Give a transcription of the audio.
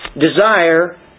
desire